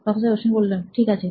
professor Ashwin ঠিক আছে